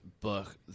book